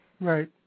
Right